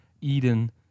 Eden